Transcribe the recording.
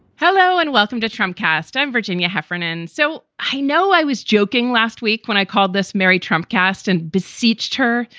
hello and welcome to trump cast. i'm virginia heffernan. so i know i was joking last week when i called this mary trump cast and beseeched her,